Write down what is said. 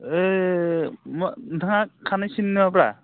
ओइ नोंथाङा खानाय सिनो नामाब्रा